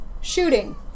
Shooting